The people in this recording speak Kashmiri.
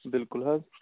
بالکُل حظ